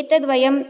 एतद्वयम्